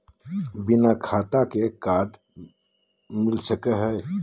बिना खाता के कार्ड मिलता सकी?